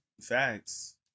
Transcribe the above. Facts